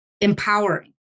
empowering